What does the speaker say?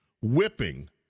whipping